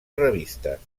revistes